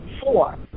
four